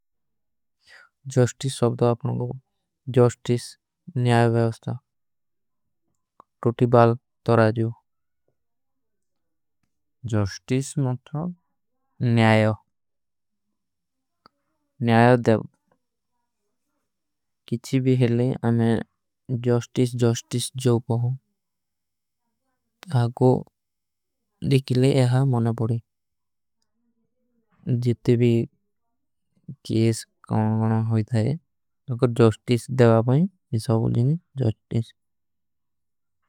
ଜସ୍ଟିସ ସଵଗତା ଆପନେ କୋ ଜସ୍ଟିସ ନିଯାଯ ଵ୍ଯାସ୍ତା। ଟୋଟୀ ବାଲ ତରାଜୂ ଜସ୍ଟିସ ମତ୍ର ନିଯାଯୋ ନିଯାଯୋ ଦେଵ। କିଛୀ ଭୀ ହେଲେ ଆମେ ଜସ୍ଟିସ ଜସ୍ଟିସ ଜୋ ପହୂଂ ତାକୋ। ଲିଖିଲେ ଏହା ମନା ପଡୀ। ଜିତ୍ତେ ଭୀ କେସ କାନା ହୋଈ ଥାଏ। ତୋ କୋ ଜସ୍ଟିସ ଦେଵା ପାଏଂ। ଇସା ଉଜିନେ ଜସ୍ଟିସ।